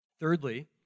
Thirdly